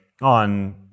on